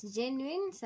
genuine